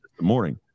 morning